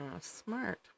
smart